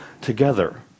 together